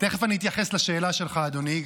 תכף אני אתייחס לשאלה שלך, אדוני.